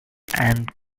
and